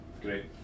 Great